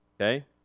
okay